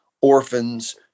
orphans